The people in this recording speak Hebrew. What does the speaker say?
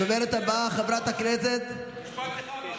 הדוברת הבאה, חברת הכנסת, משפט אחד,